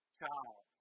child